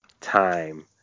time